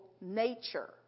nature